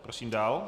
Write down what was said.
Prosím dál.